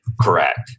Correct